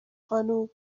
خانم